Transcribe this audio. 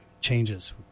changes